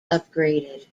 upgraded